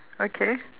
okay